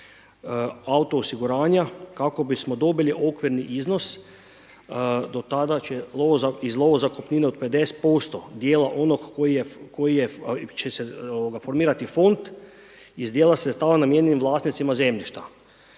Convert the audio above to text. auto-osiguranja kako bismo dobili okvirni iznos do tada će iz lovozakupnine od 50% dijela onog koji će se formirati fond iz dijela sredstava namijenjenih vlasnicima zemljišta,